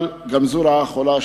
אבל גם זו רעה חולה,